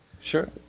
sure